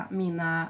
mina